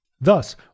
Thus